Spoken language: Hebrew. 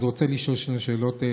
אז רוצה לשאול שתי שאלות,